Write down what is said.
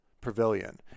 Pavilion